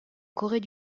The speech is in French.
corée